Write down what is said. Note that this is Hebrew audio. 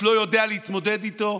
במדינת ישראל לא יודע להתמודד איתו,